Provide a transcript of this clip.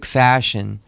fashion